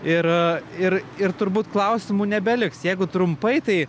ir ir ir turbūt klausimų nebeliks jeigu trumpai tai